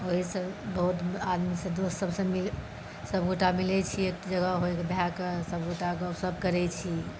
ओहिसँ बहुत आदमीसँ दोस्त सबसँ सबगोटा मिलै छी एक जगह भए कऽ सबगोटा गपशप करै छी